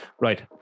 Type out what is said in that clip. Right